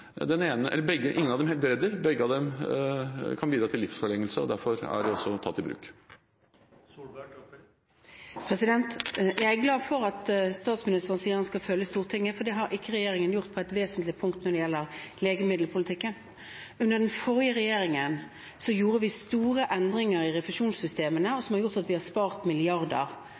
Ingen av dem helbreder, men begge kan bidra til livsforlengelse. Derfor er de også tatt i bruk. Jeg er glad for at statsministeren sier at han skal følge Stortinget, for det har regjeringen ikke gjort på et vesentlig punkt når det gjelder legemiddelpolitikken. Under den forrige regjeringen gjorde vi store endringer i refusjonssystemet som har gjort at vi har spart milliarder